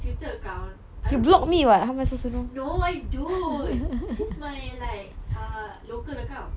twitter account I don't need no I don't this is my like uh local account